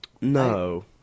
no